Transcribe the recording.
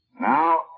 Now